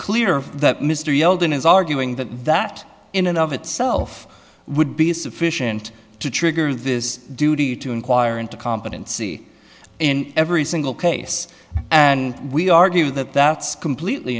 clear that mr elden is arguing that that in and of itself would be sufficient to trigger this duty to inquire into competency in every single case and we argue that that's completely